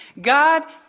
God